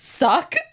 suck